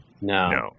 No